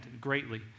greatly